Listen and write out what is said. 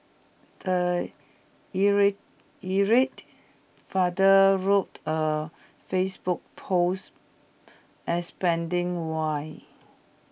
the irate irate father wrote A Facebook post explaining why